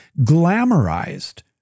glamorized